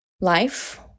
life